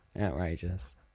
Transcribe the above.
Outrageous